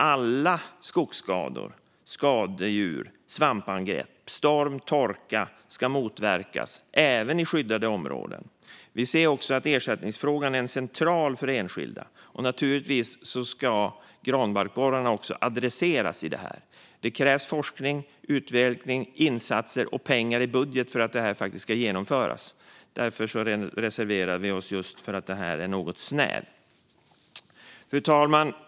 Alla skogsskador, skadedjur och svampangrepp ska motverkas, liksom storm och torka, även i skyddade områden. Vi anser också att ersättningsfrågan är central för enskilda. Naturligtvis ska även granbarkborrarna adresseras. Det krävs forskning, utveckling, insatser och pengar i budget för att det här ska genomföras. Därför reserverar vi oss; det här är något snävt. Fru talman!